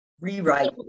Rewrite